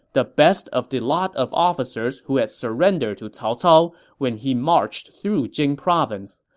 the best of the lot of officers who had surrendered to cao cao when he marched through jing province.